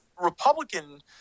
Republican